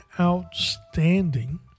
outstanding